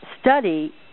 study